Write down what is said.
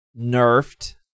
nerfed